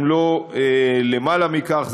אם לא למעלה מכך,